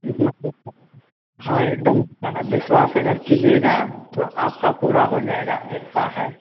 इस मंदिर का हाँ एकदम होता है विश्वास अगर कीजिएगा तो आपका पूरा हो जाएगा ऐसा है